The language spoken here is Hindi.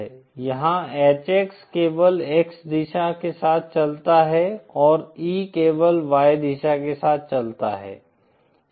यहाँ HX केवल X दिशा के साथ चलता है और E केवल Y दिशा के साथ चलता है